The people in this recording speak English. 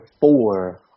four